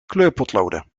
kleurpotloden